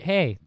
Hey